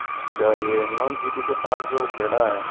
अच्छा ये हिण्डोन सिटी के पास जो खेड़ा है